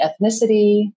ethnicity